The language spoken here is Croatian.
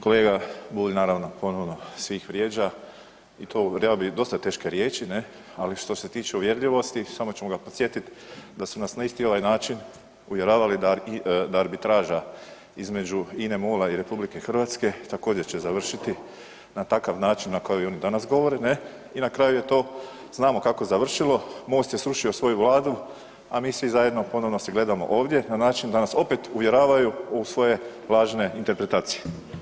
Kolega Bulj, naravno ponovno svih vrijeđa i to reko bih dosta teške riječi ne, ali što se tiče uvjerljivosti samo ćemo ga podsjetit da su nas na isti ovaj način uvjeravali da arbitraža između INA-e MOL-a i RH također će završiti na takav način na koji oni danas govore, ne i na kraju je to, znamo kako je završilo, MOST je srušio svoju vladu, a mi svi zajedno ponovno se gledamo ovdje na način da nas opet uvjeravaju u svoje lažne interpretacije.